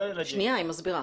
שנייה, היא מסבירה.